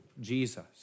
Jesus